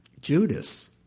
Judas